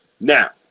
now